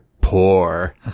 poor